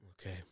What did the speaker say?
Okay